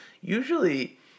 usually